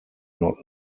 not